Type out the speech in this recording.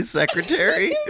secretary